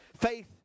Faith